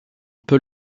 peut